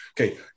Okay